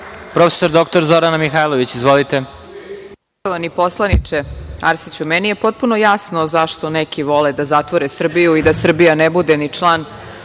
prof. dr Zorana Mihajlović. Izvolite.